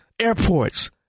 airports